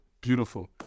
beautiful